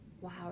Wow